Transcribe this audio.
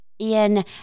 Ian